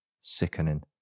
Sickening